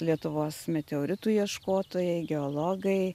lietuvos meteoritų ieškotojai geologai